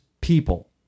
people